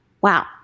wow